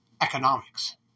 economics